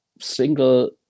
single